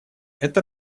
это